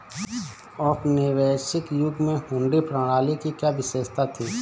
औपनिवेशिक युग में हुंडी प्रणाली की क्या विशेषता थी?